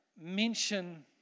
mention